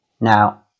now